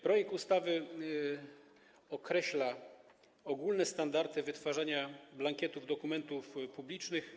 Projekt ustawy określa ogólne standardy wytwarzania blankietów dokumentów publicznych.